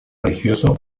religioso